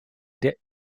der